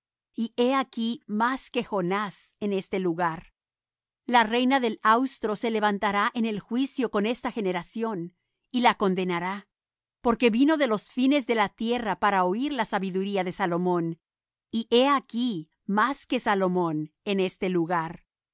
y he aquí más que jonás en este lugar la reina del austro se levantará en el juicio con esta generación y la condenará porque vino de los fines de la tierra para oir la sabiduría de salomón y he aquí más que salomón en este lugar